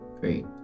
Great